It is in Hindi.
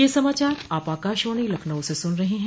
ब्रे क यह समाचार आप आकाशवाणी लखनऊ से सुन रहे हैं